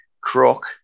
crook